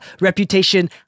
reputation